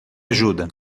ajuda